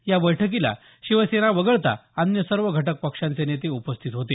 या बैठकीला शिवसेना वगळता अन्य सर्व घटक पक्षांचे नेते उपस्थित होते